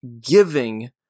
giving